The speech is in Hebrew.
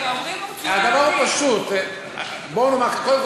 הדבר פשוט, בואו נאמר ככה.